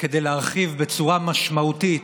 כדי להרחיב בצורה משמעותית,